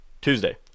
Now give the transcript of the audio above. Tuesday